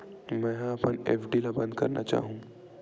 मेंहा अपन एफ.डी ला बंद करना चाहहु